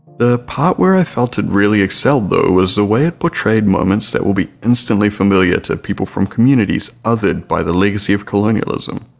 the part where i felt it really excelled though was the way it portrayed moments that will be instantly familiar to people from communities othered by the legacy of colonialism.